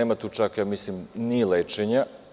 Nema tu čak, ja mislim, ni lečenja.